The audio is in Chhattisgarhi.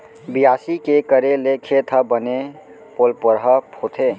बियासी के करे ले खेत ह बने पोलपरहा होथे